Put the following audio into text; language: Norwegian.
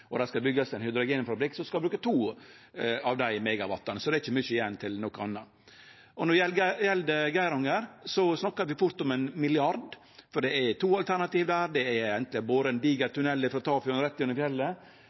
og det skal byggjast ein hydrogenfabrikk som skal bruke to av dei megawattane, så det er ikkje mykje igjen til noko anna. Når det gjeld Geiranger, snakkar vi fort om ein milliard, for det er to alternativ der. Det er anten å bore ein diger tunnel frå Tafjord og rett gjennom fjellet,